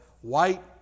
white